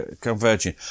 converging